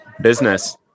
Business